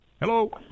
Hello